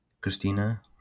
Christina